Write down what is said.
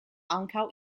ankaŭ